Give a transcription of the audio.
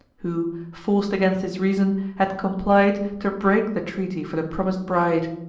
who, forc'd against his reason, had complied to break the treaty for the promis'd bride.